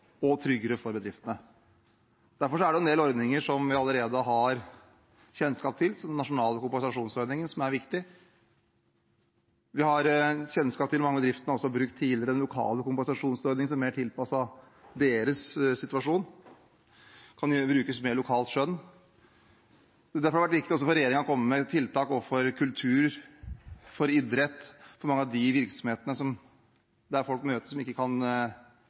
og tryggere for bedriftene. Derfor er det en del ordninger som vi allerede har kjennskap til, som den nasjonale kompensasjonsordningen, som er viktig. Vi har kjennskap til at mange av bedriftene også tidligere har brukt den lokale kompensasjonsordningen som er mer tilpasset deres situasjon. Den kan brukes med lokalt skjønn. Det har også vært viktig for regjeringen å komme med tiltak for kultur, for idrett og for mange av de virksomhetene der folk ikke lenger kan møtes.